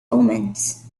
omens